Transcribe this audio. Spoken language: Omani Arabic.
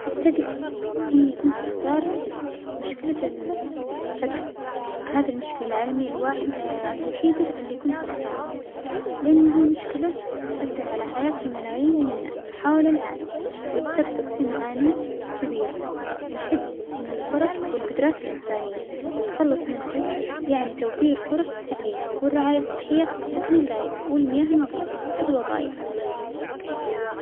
أعتجد إنى كنت بختار مشكلة ال-الفجر، هذا المشكلة العالمية الواحدة الوحيدة اللى كنت بختارها لأنها مشكلة تؤثر على حياة الملايين من الناس حول العالم، وتتسبب فى معاناه كبيرة ويحد من الفرص والجدران الإنسانية، التخلص من الفجر يعنى توفير فرص تعليم والرعاية الصحية والسكن اللايج والمياه النظيفة والوظائف.